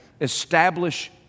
establish